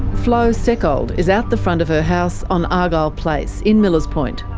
flo seckold is out the front of her house on argyle place, in millers point.